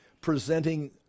presenting